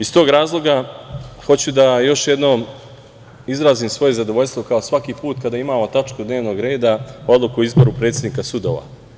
Iz tog razloga, hoću da još jednom izrazim svoje zadovoljstvo kao svaki put kada imamo tačku dnevnog reda odluku o izboru predsednika sudova.